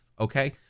okay